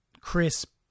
crisp